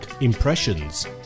Impressions